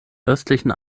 östlichen